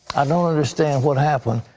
i don't understand what happened.